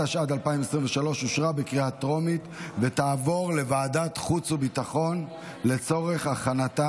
התשפ"ד 2023, לוועדת החוץ והביטחון נתקבלה.